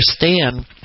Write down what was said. understand